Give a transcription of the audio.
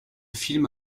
films